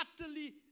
utterly